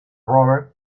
robert